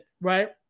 right